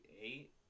eight